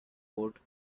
board